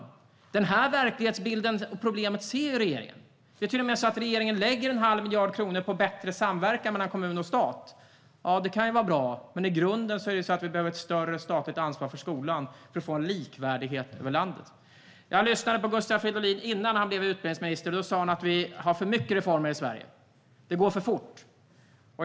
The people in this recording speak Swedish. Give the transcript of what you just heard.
Regeringen ser denna verklighetsbild och detta problem. Den lägger till och med en halv miljard kronor på bättre samverkan mellan kommun och stat. Ja, det kan vara bra, men i grunden behöver vi ett större statligt ansvar för skolan för att få likvärdighet över landet. Jag lyssnade på Gustav Fridolin innan han blev utbildningsminister. Då sa han att vi har för mycket reformer i Sverige och att det går för fort.